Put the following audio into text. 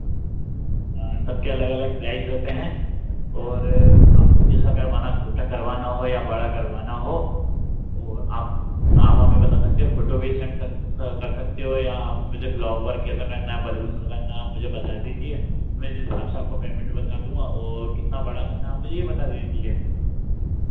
हाँ सब के अलग अलग प्राइस रहते हैं और आपको जैसा करवाना छोटा करवाना हो या बड़ा करवाना हो वो आप आप हमें बता सकते हैं फोटो भी सेंड कर सेंड कर सकते हो या आप मुझे फ्लावर कैसा करना है बलून का करना है मुझे बता दीजिये मैं जिस हिसाब से आपको पेमेंट बता दूंगा और कितना बड़ा करना है मुझे ये बता दीजिये